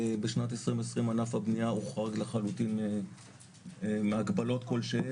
בשנת 2020 ענף הבניה הוחרג לחלוטין מהגבלות כלשהן.